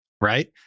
right